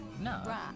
no